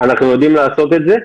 אנחנו יודעים לעשות את זה,